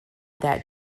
that